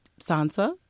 Sansa